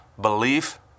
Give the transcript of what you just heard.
belief